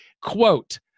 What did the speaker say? quote